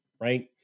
right